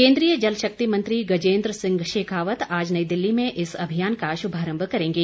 केंद्रीय जल शक्ति मंत्री गजेन्द्र सिंह शेखावत आज नई दिल्ली में इस अभियान का शुभारंभ करेंगे